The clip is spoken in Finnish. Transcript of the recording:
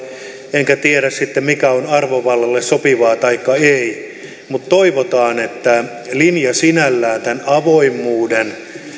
enkä tiedä sitten mikä on arvovallalle sopivaa taikka ei mutta toivotaan että linja sinällään tämän avoimuuden